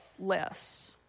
less